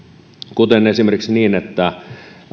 kuten esimerkiksi niin että